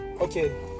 okay